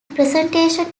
presentation